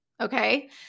Okay